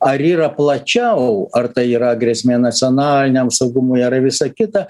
ar yra plačiau ar tai yra grėsmė nacionaliniam saugumui ar visa kita